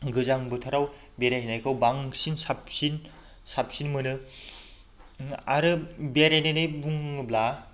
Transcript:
गोजां बोथोराव बेरायहैनायखौ बांसिन साबसिन साबसिन मोनो आरो बेरायलायनाय बुङोब्ला